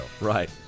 Right